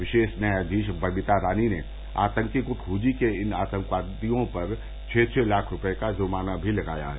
विशेष न्यायाधीश बबीता रानी ने आतंकी गुट हूजी के इन आतंकवादियों पर छह छह लाख रुपये का जुर्माना भी लगाया है